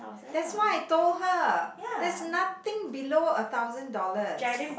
that's why I told her that's nothing below a thousand dollars